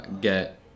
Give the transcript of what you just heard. get